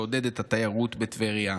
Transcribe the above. לעודד את התיירות בטבריה,